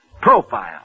Profile